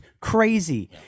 crazy